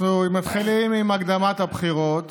אנחנו מתחילים עם הקדמת הבחירות,